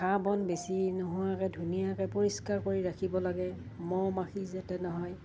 ঘাঁহ বন বেছি নোহোৱাকৈ ধুনীয়াকৈ পৰিষ্কাৰ কৰি ৰাখিব লাগে মহ মাখি যাতে নহয়